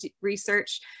research